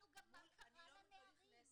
אנחנו גם בדקנו מה קרה לנערים.